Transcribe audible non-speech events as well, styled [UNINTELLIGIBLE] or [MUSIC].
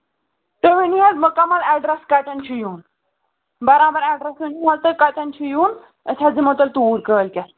تُہۍ ؤنِو حظ مُکَمل اٮ۪ڈرٮ۪س کَتٮ۪ن چھِ یُن برابر اٮ۪ڈرٮ۪س ؤنِو [UNINTELLIGIBLE] تُہۍ کَتٮ۪ن چھِ یُن أسۍ حظ یِمو تیٚلہِ توٗرۍ کٲلۍکٮ۪تھ